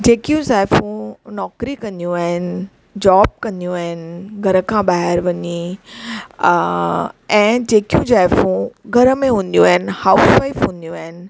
जेकियूं ज़ाइफूं नौकिरी कंदियूं आहिनि जॅाब कंदियूं आहिनि घर खां ॿाहिरि वञी ऐं जेकी ज़ाइफूं घर में हूंदियूं आहिनि हाउसवाइफ हूंदियूं आहिनि